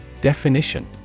Definition